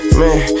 man